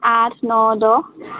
আঠ ন দহ